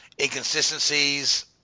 inconsistencies